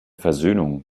versöhnung